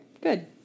Good